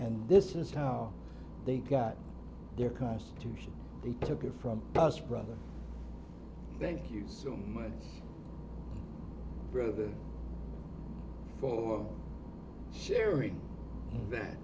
and this is how they got their constitution they took it from us brother thank you so much brother for sharing that